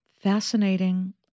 fascinating